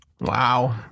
Wow